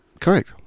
Correct